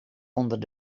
onder